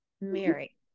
Mary